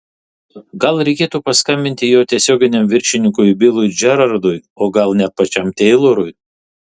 gal reikėtų paskambinti jo tiesioginiam viršininkui bilui džerardui o gal net pačiam teilorui